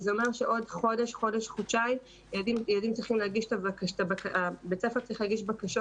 וזה אומר שעוד חודש-חודשיים בית הספר צריך להגיש בקשות